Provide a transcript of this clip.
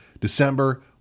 December